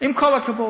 עם כל הכבוד.